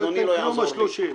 שאדוני לא יעזור לי.